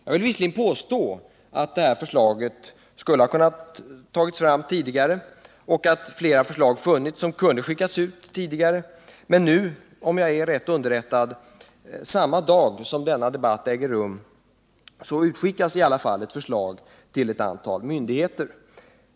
Jag vill visserligen påstå att detta förslag kunde ha tagits fram tidigare och att flera förslag funnits som kunde ha skickats ut tidigare. Men nu utskickas i alla fall, om jag är rätt underrättad, samma dag som denna debatt äger rum ett förslag till ett antal myndigheter.